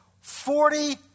Forty